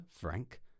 Frank